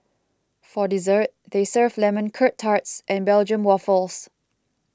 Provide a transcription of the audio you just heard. for dessert they serve Lemon Curt Tarts and Belgium Waffles